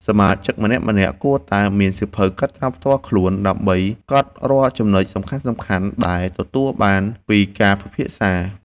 សមាជិកម្នាក់ៗគួរតែមានសៀវភៅកត់ត្រាផ្ទាល់ខ្លួន ដើម្បីកត់រាល់ចំណុចសំខាន់ៗដែលទទួលបានពីការពិភាក្សា។